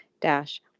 dash